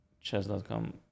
chess.com